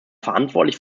verantwortlich